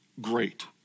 great